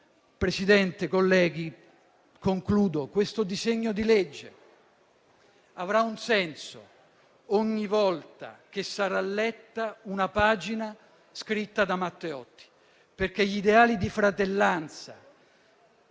Presidente, colleghi, questo disegno di legge avrà un senso ogni volta che sarà letta una pagina scritta da Matteotti, perché gli ideali di fratellanza,